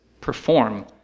perform